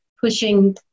pushing